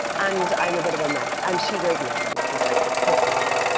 and i'm a bit of a mess, and she goes missing. this is like the cliff notes.